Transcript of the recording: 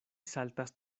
saltas